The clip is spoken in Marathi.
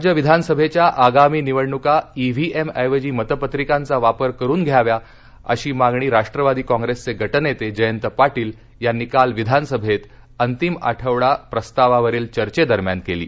राज्य विधानसभघ्या आगामी निवडणुका व्हीएम ऐवजी मतपत्रिकांचा वापर करून घ्याव्या अशी मागणी राष्ट्रवादी कॉप्रस्त्रि गेटनत्ती अयंत पाटील यांनी काल विधानसभक्ती अंतिम आठवडा प्रस्तावावरील चर्चेदरम्यान कली